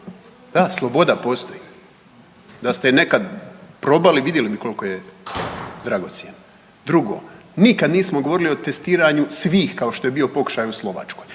Da, sloboda postoji. Da ste nekad probali, vidjeli bi koliko je dragocjena. Drugo, nikad nismo govorili o testiranju svih kao što je bio pokušaj u Slovačkoj,